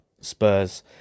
spurs